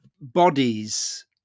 bodies